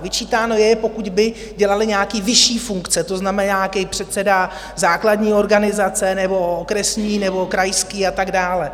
Vyčítáno je, pokud by dělali nějaké vyšší funkce, to znamená, nějaký předseda základní organizace nebo okresní nebo krajské a tak dále.